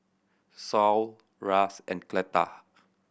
Saul Ras and Cleta